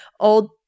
old